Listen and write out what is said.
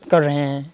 کر رہے ہیں